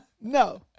No